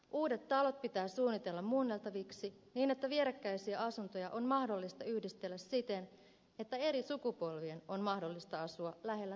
uudet talot pitää suunnitella muunneltaviksi niin että vierekkäisiä asuntoja on mahdollista yhdistellä siten että eri sukupolvien on mahdollista asua lähellä toisiaan